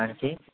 आणखी